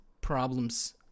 problems